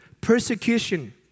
persecution